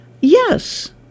Yes